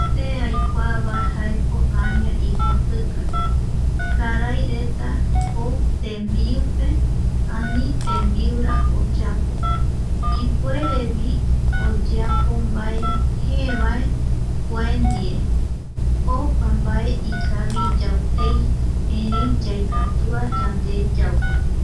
Se aikua va jaeko aña iguapika, karai reta jou tembiupe, ani tembiura oyapo,. ipuerevi oyeapo mbae jee vae kua ndie. opa mbae ikavi yautei erei yaikatua yande yau.